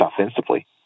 offensively